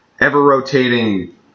ever-rotating